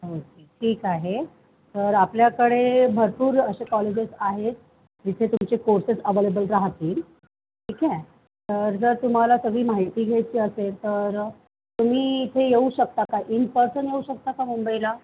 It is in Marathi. ओके ठीक आहे तर आपल्याकडे भरपूर असे कॉलेजेस आहेत जिथे तुमचे कोर्सेस अव्हेलेबल राहतील ठीक आहे तर जर तुम्हाला सगळी माहिती घ्यायची असेल तर तुम्ही इथे येऊ शकता का इन पर्सन येऊ शकता का मुंबईला